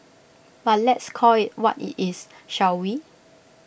but let's call IT what IT is shall we